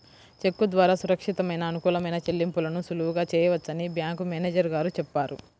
చెక్కు ద్వారా సురక్షితమైన, అనుకూలమైన చెల్లింపులను సులువుగా చేయవచ్చని బ్యాంకు మేనేజరు గారు చెప్పారు